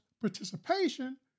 participation